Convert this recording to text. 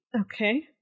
Okay